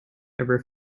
ever